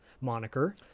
moniker